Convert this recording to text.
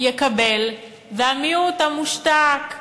יקבל והמיעוט המושתק,